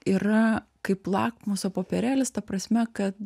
yra kaip lakmuso popierėlis ta prasme kad